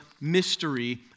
mystery